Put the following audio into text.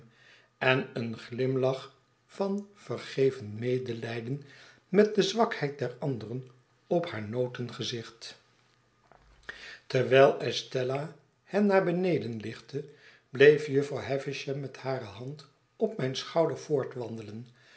en een glimlach van vergevend medelijden met de zwakheid der anderen op haar noten gezicht terwijl estella hen naar beneden lichtte bleef jufvrouw havisham met hare hand op mijn schouder